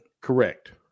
Correct